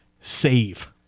save